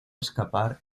escapar